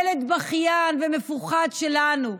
ילד בכיין ומפוחד שלנו.